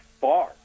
far